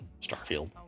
Starfield